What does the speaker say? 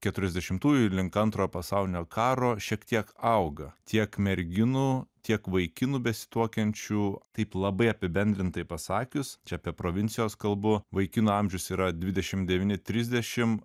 keturiasdešimtųjų link antro pasaulinio karo šiek tiek auga tiek merginų tiek vaikinų besituokiančių taip labai apibendrintai pasakius čia apie provincijos kalbu vaikino amžius yra dvidešim devyni trisdešim